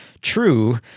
true